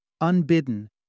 unbidden